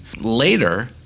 later